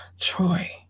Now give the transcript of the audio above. Troy